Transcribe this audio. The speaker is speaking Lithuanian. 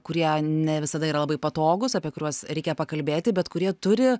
kurie ne visada yra labai patogūs apie kuriuos reikia pakalbėti bet kurie turi